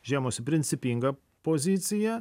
užėmusi principingą poziciją